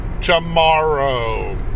tomorrow